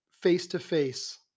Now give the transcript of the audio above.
face-to-face